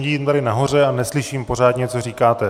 Sedím tady nahoře a neslyším pořádně, co říkáte.